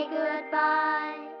goodbye